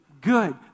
good